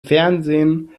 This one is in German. fernsehen